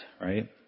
right